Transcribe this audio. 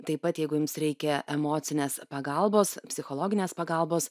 taip pat jeigu jums reikia emocinės pagalbos psichologinės pagalbos